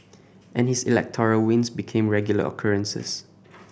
and his electoral wins became regular occurrences